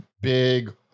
big